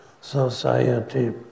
society